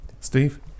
Steve